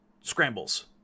scrambles